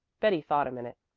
betty thought a minute.